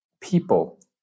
people